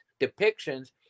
depictions